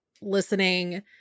listening